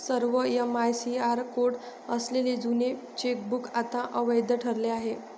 सर्व MICR code असलेले जुने चेकबुक आता अवैध ठरले आहे